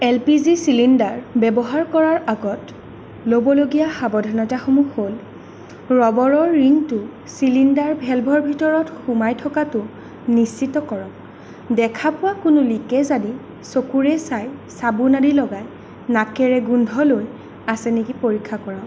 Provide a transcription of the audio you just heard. L P G cylinder ব্যৱহাৰ কৰাৰ আগত ল'বলগীয়া সাৱধানতাসমূহ হ'ল ৰবৰৰ ৰিংটো চিলিণ্ডাৰ ভেলভৰ ভিতৰত সোমাই থকাটো নিশ্চিত কৰক দেখা পোৱা কোনো লিকেজ আদি চকুৰে চাই চাবোন আদি লগাই নাকেৰে গোন্ধ লৈ আছে নেকি পৰীক্ষা কৰাওক